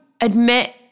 admit